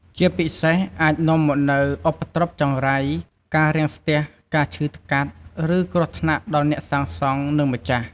ជាពិសេសអាចនាំមកនូវឧបទ្រពចង្រៃ ការរាំងស្ទះ ការឈឺថ្កាត់ ឬគ្រោះថ្នាក់ដល់អ្នកសាងសង់ និងម្ចាស់។